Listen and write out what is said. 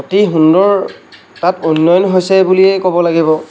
অতি সুন্দৰ তাত উন্নয়ন হৈছে বুলিয়েই ক'ব লাগিব